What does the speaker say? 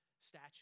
Statue